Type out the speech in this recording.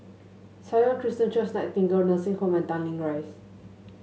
Sion Christian Church Nightingale Nursing Home and Tanglin Rise